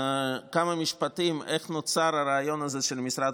כמה משפטים על איך נוצר הרעיון הזה של המשרד